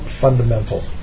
fundamentals